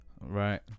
Right